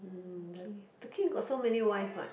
mm the the kid got so many wife what